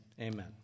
Amen